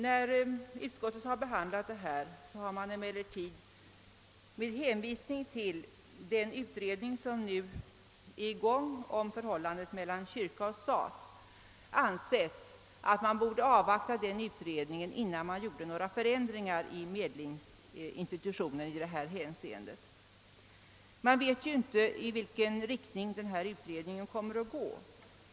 Vid behandlingen av frågan om medling har emellertid utskottets ledamöter, med hänvisning till den pågående utredningen om förhållandet mellan kyrka och stat, ansett att man bör avvakta resultatet av denna utredning innan förändringar vidtas i medlingsinstitutionen i detta hänseende. Vi vet inte i vilken riktning utredningen kommer att gå.